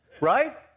Right